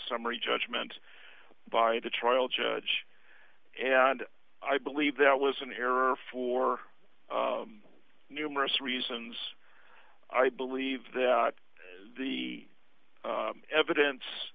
summary judgment by the trial judge and i believe that was an error for numerous reasons i believe that the evidence